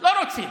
לא רוצים.